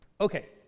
Okay